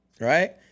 Right